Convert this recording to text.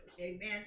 Amen